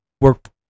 work